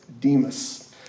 Demas